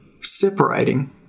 separating